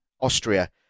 Austria